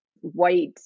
white